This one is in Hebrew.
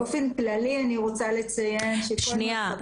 באופן כללי אני רוצה לציין שכל מרחבי הלב --- שנייה.